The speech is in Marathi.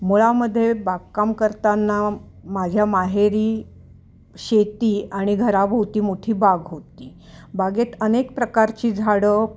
मुळामध्ये बागकाम करताना माझ्या माहेरी शेती आणि घराभोवती मोठी बाग होती बागेत अनेक प्रकारची झाडं